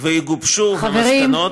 ויגובשו המסקנות,